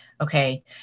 okay